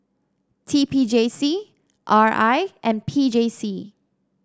T P J C R I and P J C